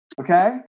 Okay